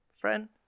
friend